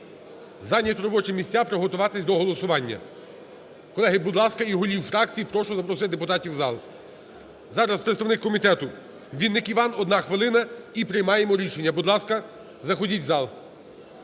зайняти робочі місця, приготуватися до голосування. Колеги, будь ласка. І голів фракцій прошу запросити депутатів в зал. Зараз представник комітету Вінник Іван, одна хвилина, і приймаємо рішення. Будь ласка, заходіть в зал.